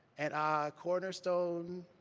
and a cornerstone